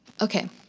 Okay